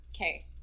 Okay